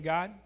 God